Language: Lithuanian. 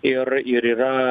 ir ir yra